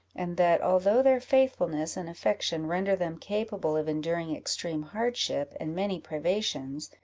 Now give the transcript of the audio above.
and that, although their faithfulness and affection render them capable of enduring extreme hardship and many privations,